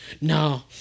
no